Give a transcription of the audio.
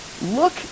look